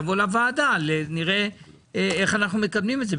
תבוא לוועדה ונראה איך אנחנו מקדמים את זה.